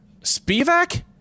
Spivak